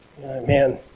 Man